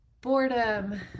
boredom